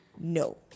No